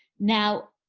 now,